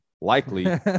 likely